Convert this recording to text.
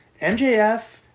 MJF